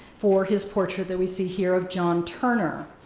for his portrait that we see here of john turner.